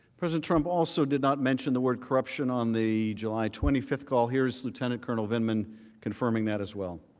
president trump also did not mention the word correct corruption on the july twenty five call, here is lieutenant colonel vindman confirming that as well.